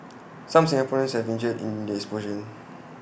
some Singaporeans have been injured in this explosion